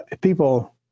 people